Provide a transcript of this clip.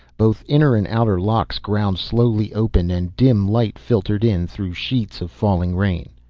both inner and outer locks ground slowly open and dim light filtered in through sheets of falling rain.